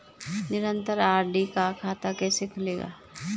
निरन्तर आर.डी का खाता कैसे खुलेगा?